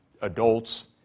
adults